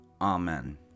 Amen